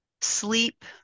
sleep